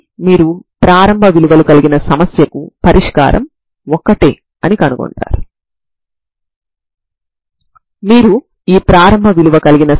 మీరు utt c2uxx0 0xL సమస్యను కలిగి ఉన్నారు